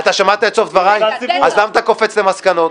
את השרה איילת שקד על החלטתה.